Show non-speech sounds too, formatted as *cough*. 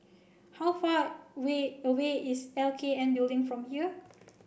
how far *unintelligible* way away is L K N Building from here